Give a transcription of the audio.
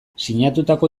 sinatutako